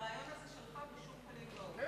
הם לא מוכנים לרעיון הזה שלך בשום פנים ואופן.